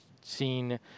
seen